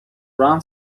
ram